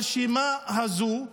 ברשימה הזו,